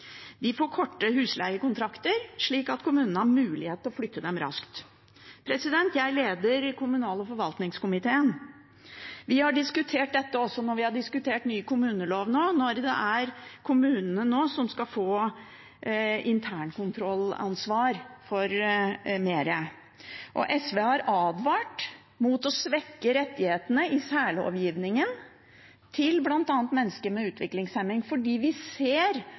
Vi har diskutert dette også i forbindelse med ny kommunelov, når kommunene nå skal få internkontrollansvar for mer. SV har advart mot å svekke rettighetene i særlovgivningen til bl.a. mennesker med utviklingshemning, fordi vi ser